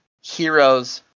heroes